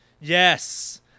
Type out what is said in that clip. yes